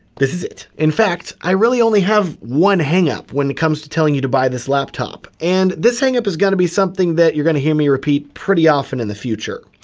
this is it. in fact, i really only have one hangup when it comes to telling you to buy this laptop. and this hangup has gotta be something that you're gonna hear me repeat pretty often in the future.